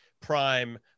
prime